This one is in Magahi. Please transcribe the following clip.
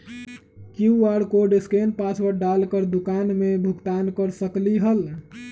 कियु.आर कोड स्केन पासवर्ड डाल कर दुकान में भुगतान कर सकलीहल?